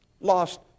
lost